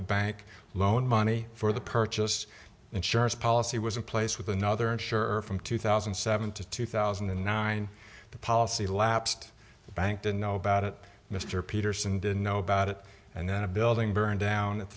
the bank loan money for the purchase insurance policy was in place with another insurer from two thousand and seven to two thousand and nine the policy lapsed the bank didn't know about it mr peterson didn't know about it and then a building burned down at